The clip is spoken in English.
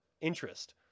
interest